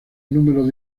números